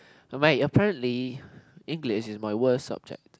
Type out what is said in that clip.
but ya apparently English is my worst subject